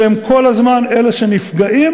שהם כל הזמן אלה שנפגעים,